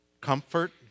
comfort